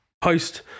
post